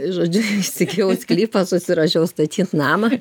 žodžiu įsigijau sklypą susiruošiau statyt namą